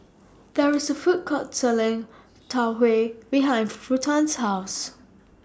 There IS A Food Court Selling Tau Huay behind Ruthann's House